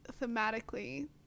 thematically